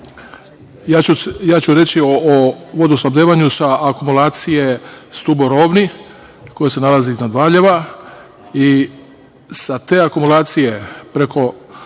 Ja ću reći o vodosnabdevanju sa akomulacije „Stubo Rovni“, koje se nalazi iznad Valjeva i sa te akomulacije, preko